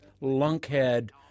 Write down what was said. lunkhead